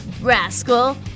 rascal